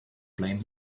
blame